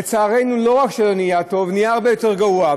לצערנו, לא רק שלא נהיה טוב, נהיה הרבה יותר גרוע.